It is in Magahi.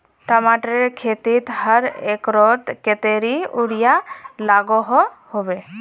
टमाटरेर खेतीत हर एकड़ोत कतेरी यूरिया लागोहो होबे?